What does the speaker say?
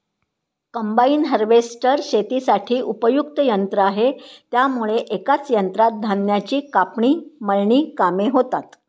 combine harvester शेतीसाठी उपयुक्त यंत्र आहे त्यामुळे एकाच यंत्रात धान्याची कापणी, मळणी कामे होतात